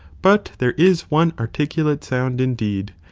but there is one artieulate sound indeed,